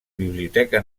biblioteca